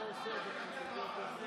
לא עבד.